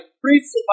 priests